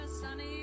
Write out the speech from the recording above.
sunny